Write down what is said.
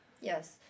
Yes